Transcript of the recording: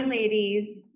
ladies